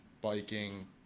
biking